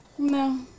No